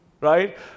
right